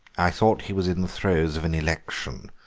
i thought he was in the throes of an election,